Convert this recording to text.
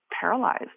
paralyzed